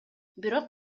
бирок